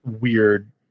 weird